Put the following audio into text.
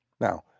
now